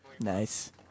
Nice